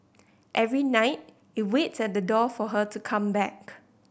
every night it waits at the door for her to come back